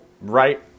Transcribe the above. right